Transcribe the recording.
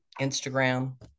Instagram